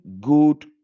good